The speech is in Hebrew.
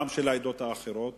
גם של העדות האחרות